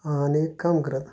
आनी एक काम करात